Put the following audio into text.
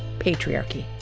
patriarchy.